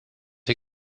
ihr